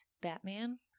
Batman